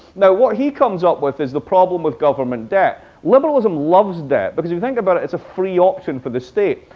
now, what he comes up with is the problem with government debt. liberalism loves debt, because, if you think about it, it's a free option for the state.